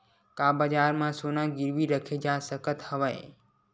का बजार म सोना गिरवी रखे जा सकत हवय?